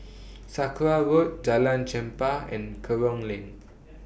Sakra Road Jalan Chempah and Kerong Lane